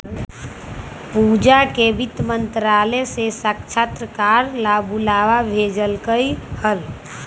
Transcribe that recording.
पूजा के वित्त मंत्रालय से साक्षात्कार ला बुलावा भेजल कई हल